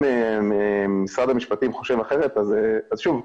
אם משרד המשפטים חושב אחרת אז שוב,